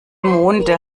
monde